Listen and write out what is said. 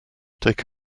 take